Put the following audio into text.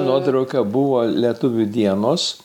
nuotrauka buvo lietuvių dienos